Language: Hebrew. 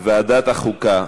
לוועדת החוקה?